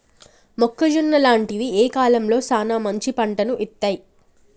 మొక్కజొన్న లాంటివి ఏ కాలంలో సానా మంచి పంటను ఇత్తయ్?